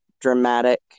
dramatic